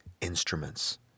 instruments